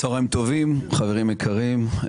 צהריים טובים חברים יקרים.